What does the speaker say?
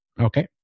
Okay